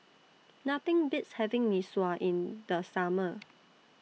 Nothing Beats having Mee Sua in The Summer